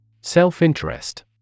Self-interest